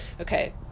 okay